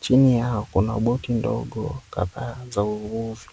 Chini yao kuna boti ndogo kama za uvuvi.